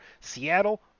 Seattle